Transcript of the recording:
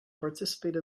participate